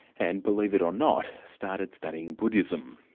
and, believe it or not, started studying buddhism.